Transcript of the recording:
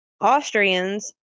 Austrians